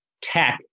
tech